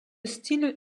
style